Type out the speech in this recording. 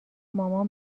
مامان